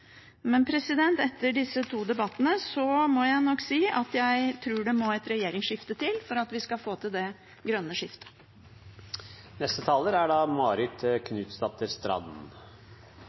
Men etter disse to debattene må jeg nok si at jeg tror det må et regjeringsskifte til for at vi skal få til det grønne skiftet. Norge er